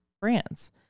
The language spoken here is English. brands